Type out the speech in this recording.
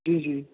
जी जी